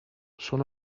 sono